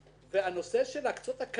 והנושא של להקצות את הקרקע